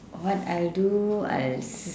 what I'll do I'll